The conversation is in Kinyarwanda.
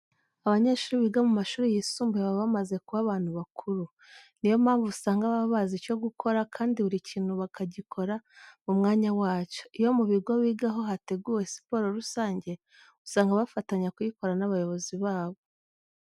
Abanyeshuri biga mu mashuri yisumbuye baba bamaze kuba abantu bakuru. Ni yo mpamvu usanga baba bazi icyo gukora kandi buri kintu bakagikora mu mwanya wacyo. Iyo mu bigo bigaho hateguwe siporo rusange, usanga bafatanya kuyikora n'abayobozi babo.